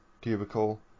cubicle